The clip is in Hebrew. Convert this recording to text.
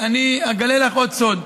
אגלה לך עוד סוד: